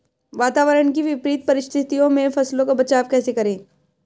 वातावरण की विपरीत परिस्थितियों में फसलों का बचाव कैसे करें?